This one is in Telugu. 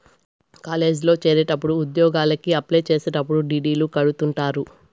కాలేజీల్లో చేరేటప్పుడు ఉద్యోగలకి అప్లై చేసేటప్పుడు డీ.డీ.లు కడుతుంటారు